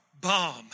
bomb